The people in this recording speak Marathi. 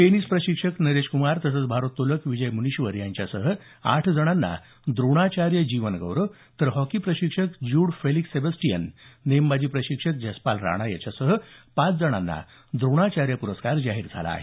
टेनिस प्रशिक्षक नरेशकूमार तसंच भारोत्तोलक विजय मूनीश्वर यांच्यासह आठ जणांना द्रोणाचार्य जीवन गौरव तर हॉकी प्रशिक्षक ज्यूड फेलिक्स सेबस्टियन नेमबाजी प्रशिक्षक जसपाल राणासह पाच जणांना द्रोणाचार्य प्रस्कार जाहीर झाला आहे